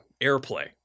airplay